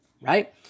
right